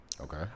Okay